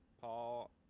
Paul